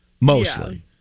mostly